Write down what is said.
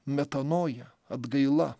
metanoja atgaila